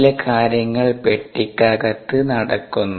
ചില കാര്യങ്ങൾ പെട്ടിക്കകത്ത് നടക്കുന്നു